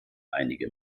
einige